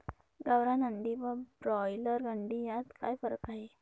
गावरान अंडी व ब्रॉयलर अंडी यात काय फरक आहे?